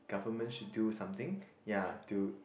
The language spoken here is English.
government should do something ya to